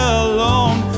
alone